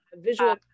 visual